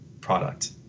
product